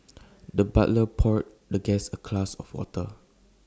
the butler poured the guest A class of water